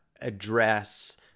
address